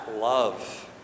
love